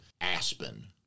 Aspen